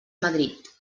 madrid